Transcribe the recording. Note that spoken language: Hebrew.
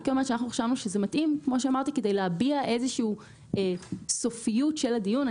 אני אומרת שאנחנו חשבנו שזה מתאים כדי להביע איזשהו סופיות של הדיון.